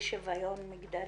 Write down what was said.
ולשוויון מגדרי.